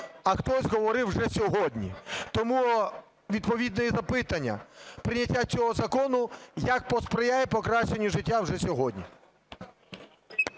а хтось говорив вже сьогодні. Тому відповідно і запитання: прийняття цього закону як посприяє покращенню життя вже сьогодні?